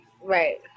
Right